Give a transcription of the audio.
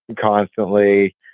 constantly